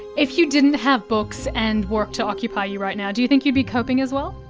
if you didn't have books and work to occupy you right now, do you think you'd be coping as well?